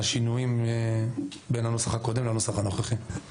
השינויים בין הנוסח הקודם לבין הנוסח הנוכחי.